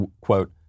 quote